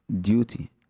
duty